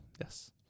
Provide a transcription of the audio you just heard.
Yes